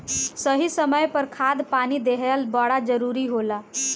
सही समय पर खाद पानी देहल बड़ा जरूरी होला